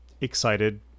excited